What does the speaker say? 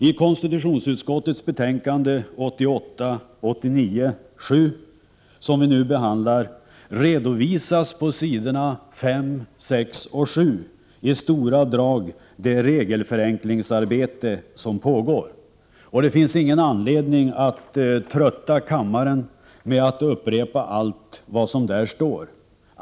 I konstitutionsutskottets betänkande 1988/89:7, som vi nu behandlar, redovisas på s. 5, 6 och 7 i stora drag det regelförenklingsarbete som pågår. Det finns ingen anledning att trötta kammaren med att upprepa allt vad som därstår.